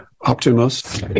optimus